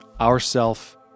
Ourself